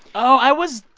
oh, i was.